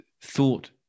thought